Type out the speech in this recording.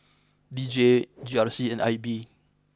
D J G R C and I B